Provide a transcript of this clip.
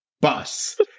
bus